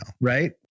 Right